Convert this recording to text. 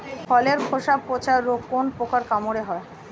ফলের খোসা পচা রোগ কোন পোকার কামড়ে হয়?